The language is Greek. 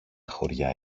χωριά